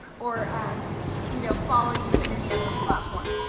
or um you know, follow you in any other platform.